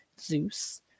Zeus